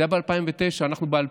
זה היה ב-2009, אנחנו ב-2021.